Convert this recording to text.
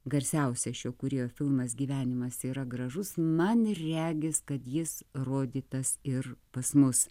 garsiausią šio kūrėjo filmas gyvenimas yra gražus man regis kad jis rodytas ir pas mus